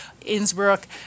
Innsbruck